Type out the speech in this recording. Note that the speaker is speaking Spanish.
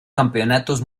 campeonatos